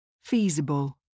Feasible